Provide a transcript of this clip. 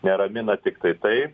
neramina tiktai tai